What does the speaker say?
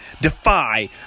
Defy